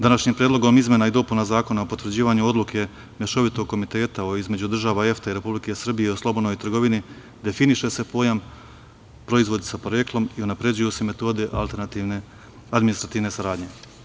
Današnjim predlogom izmena i dopuna Zakona o potvrđivanju odluke mešovitog komiteta između država EFTA i Republike Srbije o slobodnoj trgovini, definiše se pojam - proizvodi sa poreklom i unapređuju se metode alternativne administrativne saradnje.